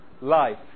life